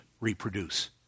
reproduce